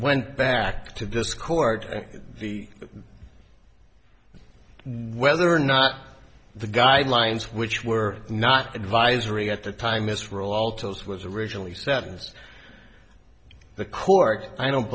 went back to this court the whether or not the guidelines which were not advisory at the time isreal altos was originally sevens the court i don't